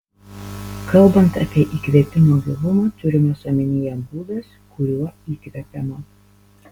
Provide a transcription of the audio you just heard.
kalbant apie įkvėpimo gilumą turimas omenyje būdas kuriuo įkvepiama